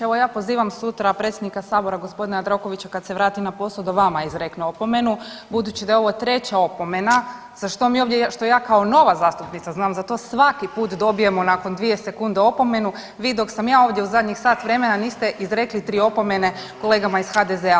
Evo ja pozivam sutra predsjednika sabora g. Jandrokovića kad se vrati na posao da vama izrekne opomenu budući da je ovo treća opomena za što mi ovdje, što ja kao nova zastupnica znam za to svaki put dobijemo nakon dvije sekunde opomenu, vi dok sam ja ovdje u zadnjih sat vremena niste izrekli tri opomene kolegama iz HDZ-a.